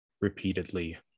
repeatedly